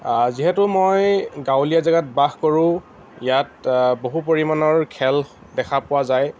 যিহেতু মই গাঁৱলীয়া জেগাত বাস কৰোঁ ইয়াত বহু পৰিমাণৰ খেল দেখা পোৱা যায়